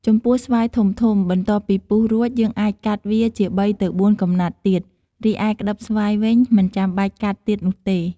ចំពោះស្វាយធំៗ បន្ទាប់ពីពុះរួច យើងអាចកាត់វាជា ៣ ទៅ ៤ កំណាត់ទៀត រីឯក្តិបស្វាយវិញ មិនចាំបាច់កាត់ទៀតនោះទេ។